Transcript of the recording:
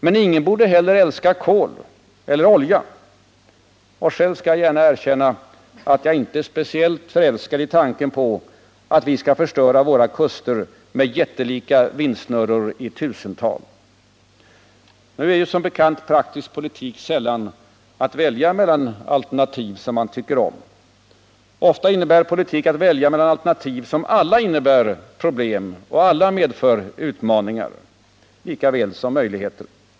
Men ingen borde heller älska olja eller kol. Själv skall jag gärna erkänna att jag inte är speciellt förälskad i tanken på att vi skall förstöra våra kuster med jättelika vindsnurror i tusental. Nu innebär praktisk politik sällan att välja mellan alternativ som man tycker om. Ofta innebär politik att välja mellan alternativ som alla innebär problem och utmaningar, lika väl som möjligheter.